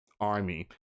army